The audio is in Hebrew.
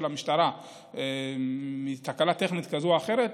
המשטרה בשל תקלה טכנית כזאת או אחרת,